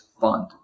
fund